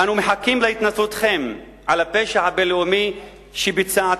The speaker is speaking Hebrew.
אנו מחכים להתנצלותכם על הפשע הבין-לאומי שביצעתם,